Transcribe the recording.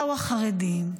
באו החרדים,